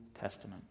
Testament